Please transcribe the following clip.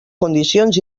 condicions